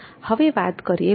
હવે વાત કરીએ લોકોની